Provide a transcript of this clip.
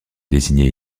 désignait